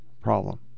problem